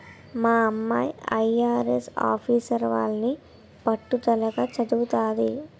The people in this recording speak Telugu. మా అమ్మాయి ఐ.ఆర్.ఎస్ ఆఫీసరవ్వాలని పట్టుదలగా చదవతంది